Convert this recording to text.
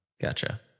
gotcha